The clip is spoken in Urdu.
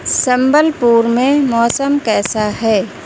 سنبل پور میں موسم کیسا ہے